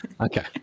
Okay